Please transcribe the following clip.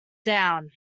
down